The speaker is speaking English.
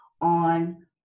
on